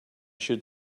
should